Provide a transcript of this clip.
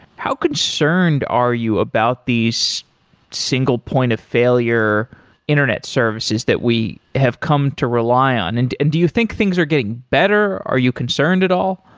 how concerned are you about these single point of failure internet services that we have come to rely on? and and do you think things are getting better? are you concerned at all?